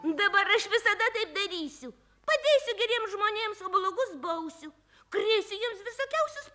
dabar aš visada taip darysiu padėsiu geriems žmonėms o blogus bausiu krėsiu jiems visokiausius